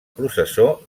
processó